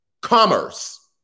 Commerce